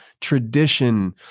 tradition